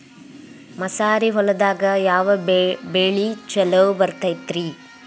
ಮಸಾರಿ ಹೊಲದಾಗ ಯಾವ ಬೆಳಿ ಛಲೋ ಬರತೈತ್ರೇ?